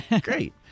Great